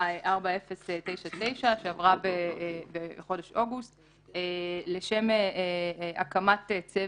4099 שעברה בחודש אוגוסט לשם הקמת צוות.